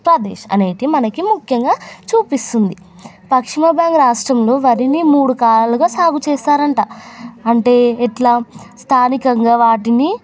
ప్రదేశ్ అనేవి మనకి ముఖ్యంగా చూపిస్తుంది పశ్చిమ బెంగాల్ రాష్ట్రంలో వరిని మూడు కాలాలుగా సాగు చేస్తారంట అంటే ఎట్లా స్థానికంగా వాటిని